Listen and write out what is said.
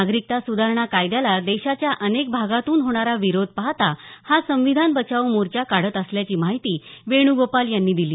नागरिकता सुधारणा कायद्याला देशाच्या अनेक भागातून होणारा विरोध पाहता हा संविधान बचाओ मोर्चा काढत असल्याची माहिती वेणुगोपाल यांनी दिली